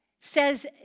says